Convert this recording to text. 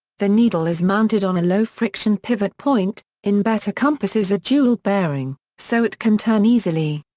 the needle is mounted on a low-friction pivot point, in better compasses a jewel bearing, so it can turn easily.